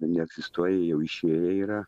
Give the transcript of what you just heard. neegzistuoja jau išėję yra